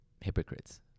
hypocrites